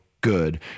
good